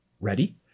ready